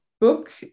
book